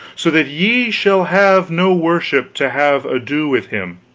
so that ye shall have no worship to have ado with him